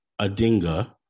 Adinga